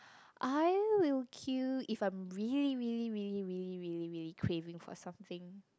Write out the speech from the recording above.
I will queue if I'm really really really really really really really craving for something